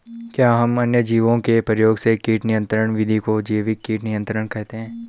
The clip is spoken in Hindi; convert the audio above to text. क्या हम अन्य जीवों के प्रयोग से कीट नियंत्रिण विधि को जैविक कीट नियंत्रण कहते हैं?